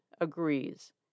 agrees